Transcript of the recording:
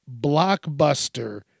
Blockbuster